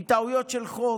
מטעויות של חוק,